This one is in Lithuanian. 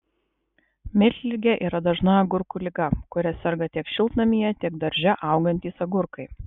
miltligė yra dažna agurkų liga kuria serga tiek šiltnamyje tiek darže augantys agurkai